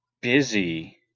busy